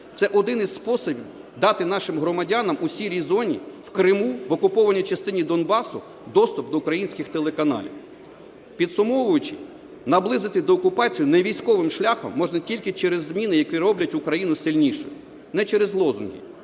Це один із способів дати нашим громадянам у "сірій" зоні, в Криму, в окупованій частині Донбасу доступ до українських телеканалів. Підсумовуючи, наблизити деокупацію невійськовим шляхом можна тільки через зміни, які роблять Україну сильнішою. Не через лозунги.